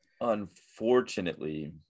unfortunately